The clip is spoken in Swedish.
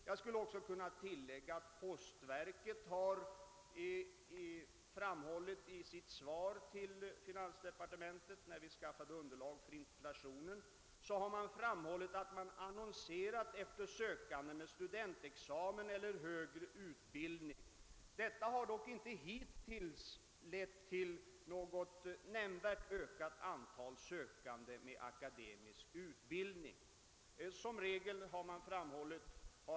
Jag skulle också kunna tillägga att postverket i sitt svar till finansdepartementet när vi skaffade underlag för interpellationssvaret framhöll att man har annonserat efter sökande med stu dentexamen eller högre utbildning. Detta har dock hittills inte:lett till något nämnvärt ökat åntal sökande med: akademisk utbildning. Som: regel har.